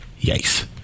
yikes